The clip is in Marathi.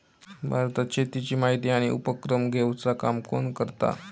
भारतात शेतीची माहिती आणि उपक्रम घेवचा काम कोण करता?